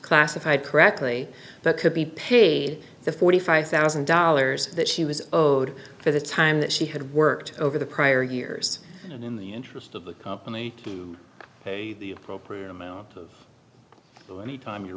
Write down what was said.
classified correctly but could be paid the forty five thousand dollars that she was owed for the time that she had worked over the prior years and in the interest of the company a the appropriate amount of time you're